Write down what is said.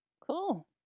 Cool